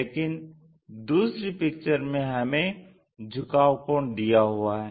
लेकिन दूसरी पिक्चर में हमें झुकाव कोण दिया हुआ है